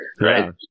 Right